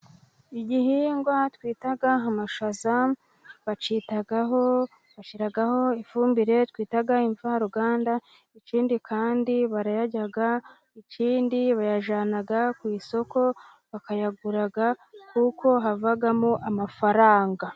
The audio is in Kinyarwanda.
Igihingwa twita amashaza, bacyitaho bashyiraho ifumbire twita imvaruganda, ikindi kandi barayarya ikindi bayajyana ku isoko, bakayagura kuko havamo amafaranga.